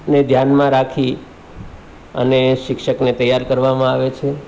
ને ધ્યાનમાં રાખી અને શિક્ષકને તૈયાર કરવામાં આવે છે